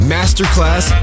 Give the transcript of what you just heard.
Masterclass